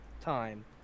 time